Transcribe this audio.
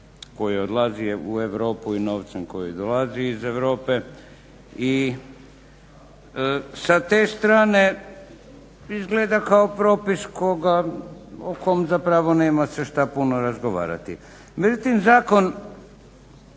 koji odlazi u Europu i novcem koji dolazi iz Europe. I sa te strane izgleda kao propis koga, o kom zapravo nema se šta puno razgovarati. Međutim, zakon